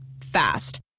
Fast